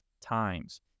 times